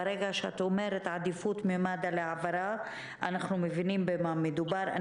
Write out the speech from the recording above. ברגע שאת אומרת עדיפות ממד"א להעברה אנחנו מבינים במה מדובר.